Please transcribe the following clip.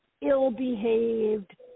ill-behaved